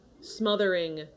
smothering